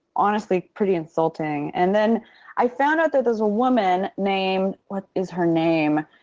honestly, pretty insulting. and then i found out that there's a woman named what is her name?